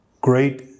great